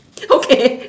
okay